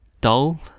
dull